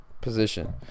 position